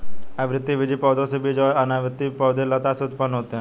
आवृतबीजी पौधे बीज से और अनावृतबीजी पौधे लता से उत्पन्न होते है